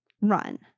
run